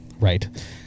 right